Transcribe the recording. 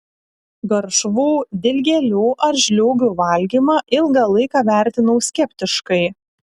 garšvų dilgėlių ar žliūgių valgymą ilgą laiką vertinau skeptiškai